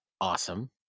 awesome